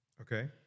Okay